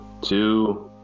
two